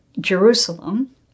Jerusalem